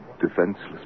defenseless